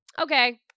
okay